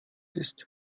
ist